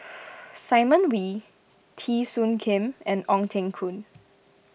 Simon Wee Teo Soon Kim and Ong Teng Koon